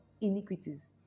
iniquities